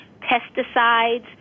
pesticides